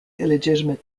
illegitimate